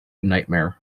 nightmare